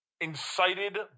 incited